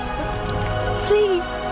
please